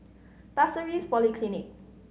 Pasir Ris Polyclinic